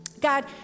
God